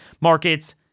markets